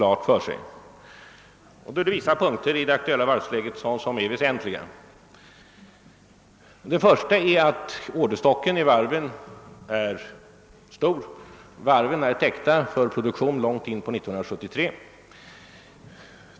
Det är några speciella punkter i det aktuella varvsläget som är väsentliga. Först och främst är varvens orderstock för närvarande stor. Varven är täckta för en produktion långt in på år 1973.